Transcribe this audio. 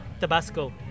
Tabasco